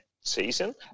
season